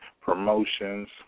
promotions